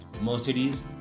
Mercedes